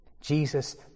Jesus